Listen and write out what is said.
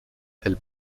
elles